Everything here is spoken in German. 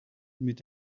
mit